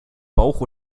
bauch